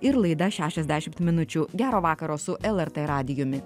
ir laida šešiasdešimt minučių gero vakaro su lrt radijumi